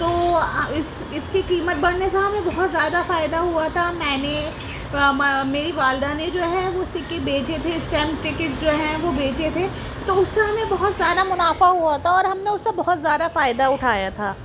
تو اس اس کی قیمت بڑھنے سے ہمیں بہت زیادہ فائدہ ہوا تھا میں نے ماں میری والدہ نے جو ہے وہ سکے بیچے تھے اسٹیمپ ٹکٹس جو ہیں وہ بیچے تھے تو اس سے انہیں بہت زیادہ منافعہ ہوا تھا اور ہم نے اسے بہت زیادہ فائدہ اٹھایا تھا